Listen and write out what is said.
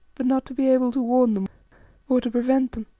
but not to be able to warn them or to prevent them.